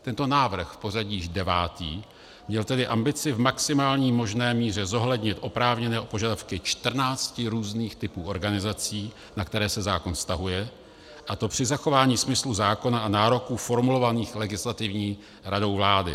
Tento návrh, v pořadí již devátý, měl tedy ambici v maximální míře zohlednit oprávněné požadavky 14 různých typů organizací, na které se zákon vztahuje, a to při zachování smyslu zákona a nároků formulovaných Legislativní radou vlády.